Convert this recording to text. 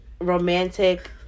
romantic